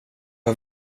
har